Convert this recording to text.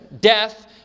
Death